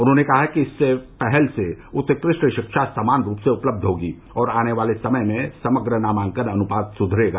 उन्होंने कहा कि इस पहल से उत्कृष्ट शिक्षा समान रूप से उपलब्ध होगी और आने वाले समय में समग्र नामांकन अनुपात सुधरेगा